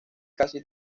casi